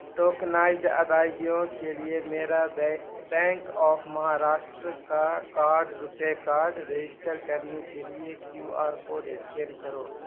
tokenized ادائیگیوں کے لیے میرا بینک آف مہاراشٹر کا کارڈ روپے کارڈ رجسٹر کرنے کے لیے کیو آر کوڈ اسکین کرو